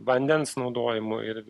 vandens naudojimo ir